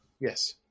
Yes